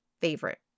favorite